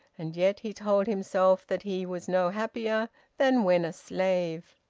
and yet he told himself that he was no happier than when a slave.